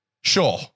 sure